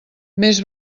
més